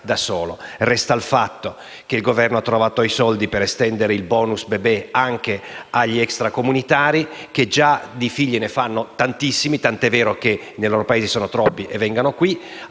Resta il fatto che il Governo ha trovato i soldi per estendere il *bonus* bebè anche agli extracomunitari che di figli ne fanno già tantissimi, tant'è vero che nei loro Paesi sono troppi e vengono qui,